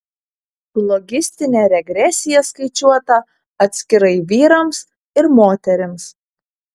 logistinė regresija skaičiuota atskirai vyrams ir moterims